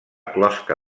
closca